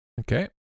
Okay